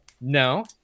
No